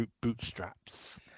bootstraps